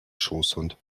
schoßhund